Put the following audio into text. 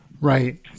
Right